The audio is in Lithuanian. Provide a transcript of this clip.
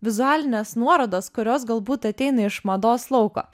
vizualines nuorodas kurios galbūt ateina iš mados lauko